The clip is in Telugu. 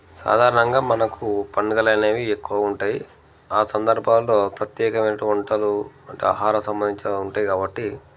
సాధారణంగా మనకు పండుగలనేవి ఎక్కువ ఉంటయి ఆ సందర్భాల్లో ప్రత్యేకమైన వంటలు అంటే ఆహార సంబంధించినవి ఉంటాయి కాబట్టి